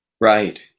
Right